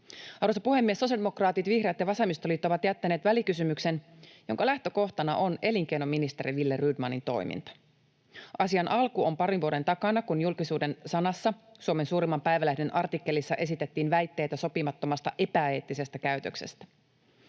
Arvoisa puhemies! Sosiaalidemokraatit, vihreät ja vasemmistoliitto ovat jättäneet välikysymyksen, jonka lähtökohtana on elinkeinoministeri Wille Rydmanin toiminta. Asian alku on parin vuoden takana, kun julkisuuden sanassa, Suomen suurimman päivälehden artikkelissa, esitettiin väitteitä sopimattomasta epäeettisestä käytöksestä.